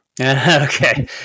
Okay